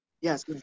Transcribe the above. yes